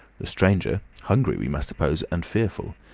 the stranger, hungry we must suppose, and fearful,